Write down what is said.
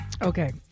Okay